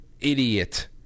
idiot